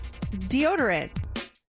deodorant